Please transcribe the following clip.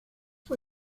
fue